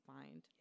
find